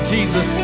Jesus